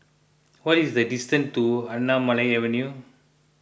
what is the distance to Anamalai Avenue